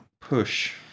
Push